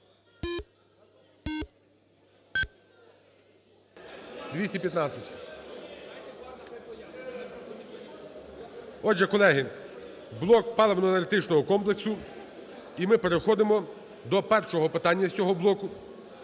За-215 Отже, колеги, блок паливно-енергетичного комплексу. І ми переходимо до першого питання з цього блоку.